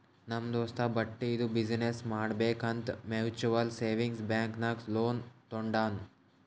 ನಮ್ ದೋಸ್ತ ಬಟ್ಟಿದು ಬಿಸಿನ್ನೆಸ್ ಮಾಡ್ಬೇಕ್ ಅಂತ್ ಮ್ಯುಚುವಲ್ ಸೇವಿಂಗ್ಸ್ ಬ್ಯಾಂಕ್ ನಾಗ್ ಲೋನ್ ತಗೊಂಡಾನ್